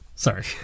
Sorry